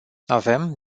avem